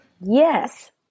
Yes